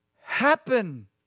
happen